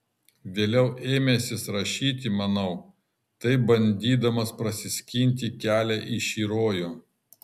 vėliau ėmęsis rašyti manau taip bandydamas prasiskinti kelią į šį rojų